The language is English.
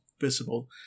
visible